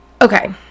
Okay